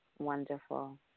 Wonderful